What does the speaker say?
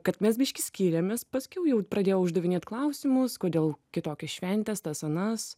kad mes biškį skyrėmės paskiau jau pradėjau uždavinėt klausimus kodėl kitokios šventės tas anas